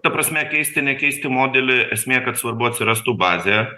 ta prasme keisti nekeisti modelį esmė kad svarbu atsirastų bazė